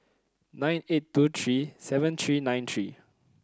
nine eight two three seven three nine three